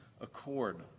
accord